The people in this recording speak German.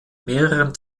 mehreren